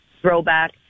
throwback